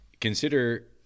Consider